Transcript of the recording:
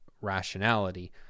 rationality